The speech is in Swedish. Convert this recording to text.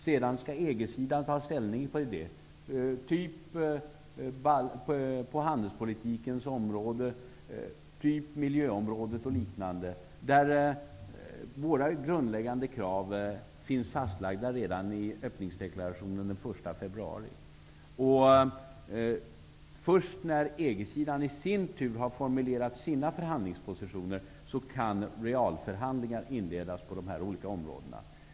Sedan skall EG-sidan ta ställning till dem på handelspolitikområdet, miljöområdet och liknande. Våra grundläggande krav finns fastlagda redan i öppningsdeklarationen från den 1 februari. Först när EG-sidan i sin tur har formulerat sina förhandlingspositioner kan realförhandlingar inledas på dessa olika områden.